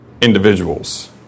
individuals